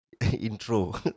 intro